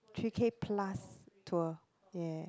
three K plus tour ya